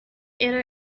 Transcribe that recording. either